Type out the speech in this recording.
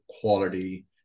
quality